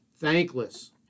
thankless